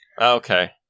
Okay